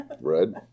Red